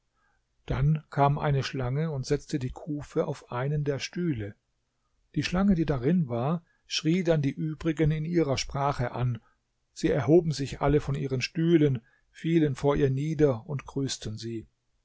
dann kam eine schlange und setzte die kufe auf einen der stühle die schlange die darin war schrie dann die übrigen in ihrer sprache an sie erhoben sich alle von ihren stühlen fielen vor ihr nieder und grüßten sie